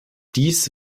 dies